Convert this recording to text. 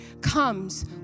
comes